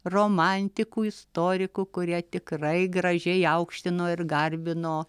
romantikų istorikų kurie tikrai gražiai aukštino ir garbino